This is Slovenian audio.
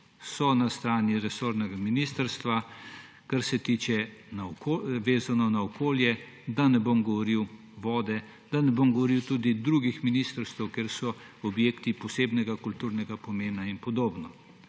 so na strani resornega ministrstva, kar se tiče okolja, da ne bom govoril o vodah, da ne bom govoril tudi o drugih ministrstvih, kjer so objekti posebnega kulturnega pomena in podobno.